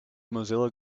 mozilla